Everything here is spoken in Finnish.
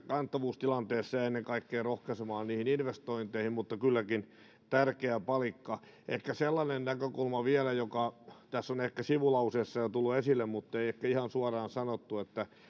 kannattavuustilanteessa ja ennen kaikkea rohkaisemaan investointeihin mutta kylläkin tärkeä palikka ehkä sellainen näkökulma vielä joka tässä on ehkä sivulauseessa jo tullut esille mutta jota ei ehkä ole ihan suoraan sanottu että